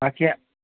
باقی آ